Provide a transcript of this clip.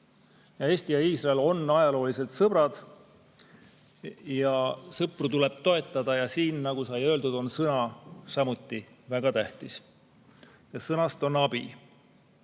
Eesti ja Iisrael on ajalooliselt sõbrad ja sõpru tuleb toetada. Ja siin, nagu sai öeldud, on sõna samuti väga tähtis. Sõnast on abi.